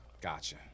Gotcha